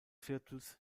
viertels